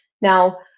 Now